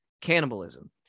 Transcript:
cannibalism